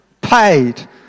paid